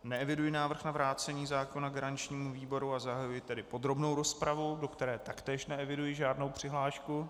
Neeviduji návrh na vrácení zákona garančnímu výboru, zahajuji tedy podrobnou rozpravu, do které taktéž neeviduji žádnou přihlášku.